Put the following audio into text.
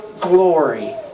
glory